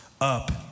up